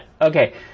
Okay